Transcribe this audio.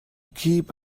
keep